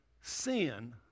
sin